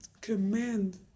command